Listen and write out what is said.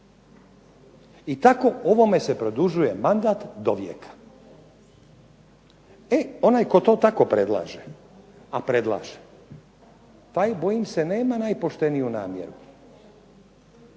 I tako ovome se produžuje mandat dovijeka. E onaj tko to tako predlaže, a predlaže, pa i bojim se nema najpošteniju namjeru